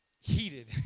heated